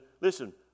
listen